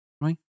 right